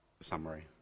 summary